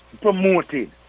promoted